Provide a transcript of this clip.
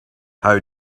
how